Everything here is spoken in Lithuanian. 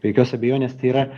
be jokios abejonės tai yra